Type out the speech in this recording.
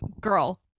girl